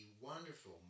wonderful